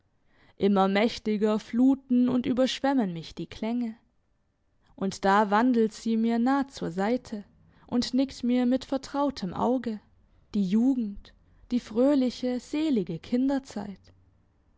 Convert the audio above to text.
immer mächtiger fluten und überschwemmen mich die klänge und da wandelt sie mir nah zur seite und nickt mir mit vertrautem auge die jugend die fröhliche selige kinderzeit